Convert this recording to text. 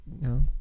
No